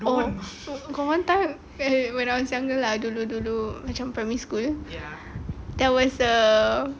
oh got one time when I was younger lah dulu-dulu macam primary school there was a